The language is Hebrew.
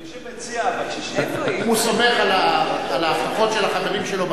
אם הוא סומך על ההבטחות של החברים שלו,